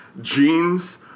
jeans